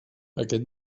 aquest